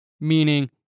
meaning